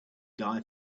guy